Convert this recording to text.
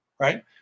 Right